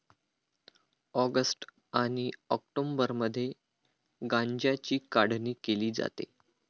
August आणि ऑक्टोबरमध्ये गांज्याची काढणी केली जाते